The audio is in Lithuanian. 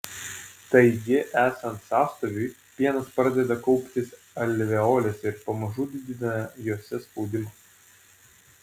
taigi esant sąstoviui pienas pradeda kauptis alveolėse ir pamažu didina jose spaudimą